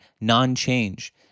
non-change